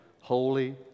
Holy